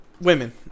Women